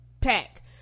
pack